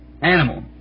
animal